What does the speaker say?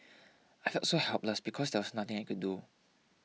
I felt so helpless because there was nothing I could do